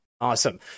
Awesome